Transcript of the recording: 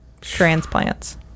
transplants